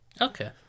Okay